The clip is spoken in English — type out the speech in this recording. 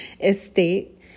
estate